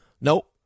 Nope